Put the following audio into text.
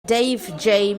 dave